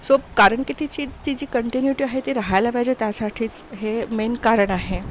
so कारण की ती जी ती जी कन्टीन्युइटी आहे ती राहायला पाहिजे त्यासाठीच हे मेन कारण आहे